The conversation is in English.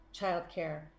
childcare